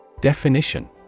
Definition